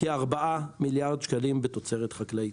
כארבעה מיליארד שקלים בתוצרת חקלאית.